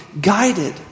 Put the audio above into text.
guided